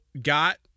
got